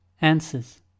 Answers